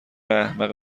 احمق